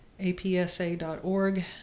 APSA.org